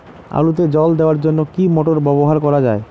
আলুতে জল দেওয়ার জন্য কি মোটর ব্যবহার করা যায়?